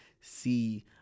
see